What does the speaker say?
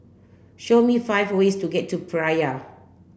show me five ways to get to Praia